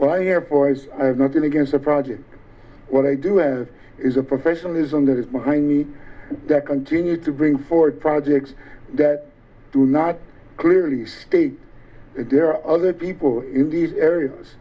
why airfoil as i have nothing against a project what i do have is a professionalism that is behind me that continue to bring forward projects that do not clearly state that there are other people in these areas